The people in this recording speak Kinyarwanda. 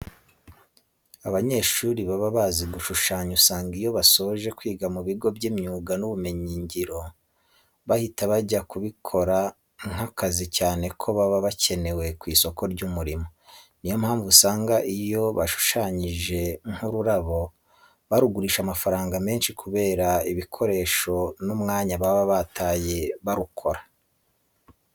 Abanyeshuri baba bazi gushushanya usanga iyo basoje kwiga mu bigo by'imyuga n'ubumenyingiro bahita bajya kubikora nk'akazi cyane ko baba bakenewe ku isoko ry'umurimo. Ni yo mpamvu usanga iyo bashushanyije nk'ururabo barugurisha amafaranga menshi kubera ibikoresho n'umwanya baba bataye barukora.